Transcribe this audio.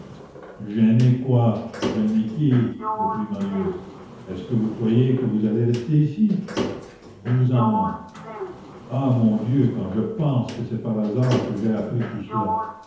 gêné gêné quoi gêné qui repartit marius est-ce que vous croyez que vous allez rester ici nous vous emmenons ah mon dieu quand je pense que c'est par hasard que j'ai appris tout cela